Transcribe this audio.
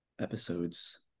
episodes